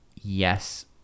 yes